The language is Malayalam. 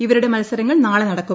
ഇവരുടെ മത്സരങ്ങൾ നാളെ നടക്കും